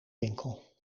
winkel